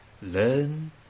Learn